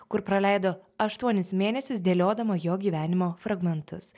kur praleido aštuonis mėnesius dėliodama jo gyvenimo fragmentus